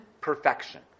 perfection